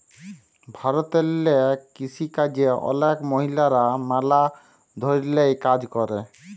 ভারতেল্লে কিসিকাজে অলেক মহিলারা ম্যালা ধরলের কাজ ক্যরে